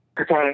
Okay